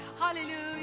hallelujah